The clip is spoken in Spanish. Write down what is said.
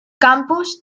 campus